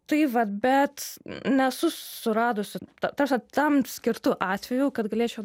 tai vat bet nesu suradusi ta ta prasme tam skirtų atvejų kad galėčiau